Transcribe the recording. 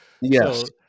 yes